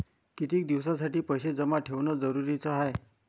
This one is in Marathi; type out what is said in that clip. कितीक दिसासाठी पैसे जमा ठेवणं जरुरीच हाय?